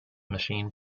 machine